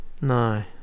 No